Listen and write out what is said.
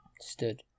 stood